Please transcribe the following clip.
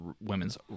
women's